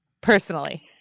personally